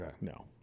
No